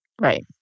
Right